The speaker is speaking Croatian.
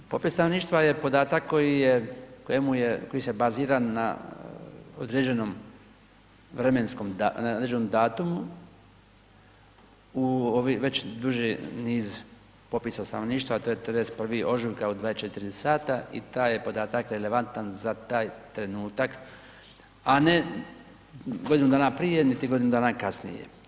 Popis stanovništva je podatak koji je, kojemu je, koji se bazira na određenom vremenskom, određenom datumu u ovi već duži niz popisa stanovništva, a to je 31. ožujka u 24 sata i taj je podataka relevantan za taj trenutak, a ne godinu dana prije, niti godinu dana kasnije.